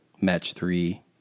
match-three